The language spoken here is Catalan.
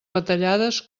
retallades